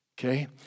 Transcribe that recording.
Okay